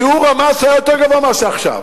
שיעור המס היה יותר גבוה מאשר עכשיו,